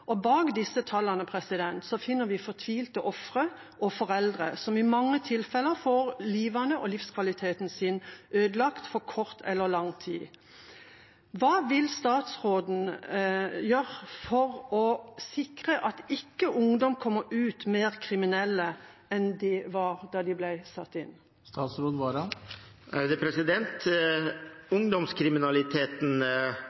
Bak disse tallene finner vi fortvilte ofre og foreldre som i mange tilfeller får livet og livskvaliteten ødelagt for kort eller lang tid. Hva vil statsråden gjøre for å sikre at ikke ungdom kommer ut mer kriminelle enn de var da de ble satt inn? Ungdomskriminaliteten og den alvorlige utviklingen vi har sett i Oslo, krever en